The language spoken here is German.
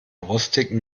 rostigen